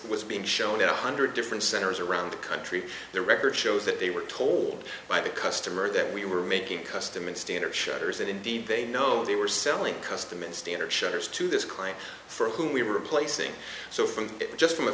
was being shown in a hundred different centers around the country their record shows that they were told by the customer that we were making custom and standard shutters and indeed they know they were selling custom and standard shutters to this crime for whom we were replacing so from just from a